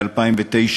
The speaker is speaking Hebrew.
ב-2009,